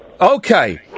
Okay